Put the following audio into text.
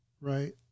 right